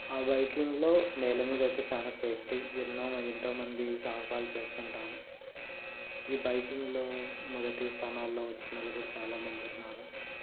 ఆ బైకింగ్లో నేల మీద అయితే చాలా సేఫ్టీ ఎన్నో మా ఎంతో మంది సాహసాలు చేస్తుంటారు ఈ బైకింగ్లో మొదటి స్థానాల్లో వచ్చిన వాళ్ళు కూడా చాలా మంది ఉన్నారు